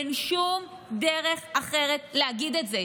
אין שום דרך אחרת להגיד את זה.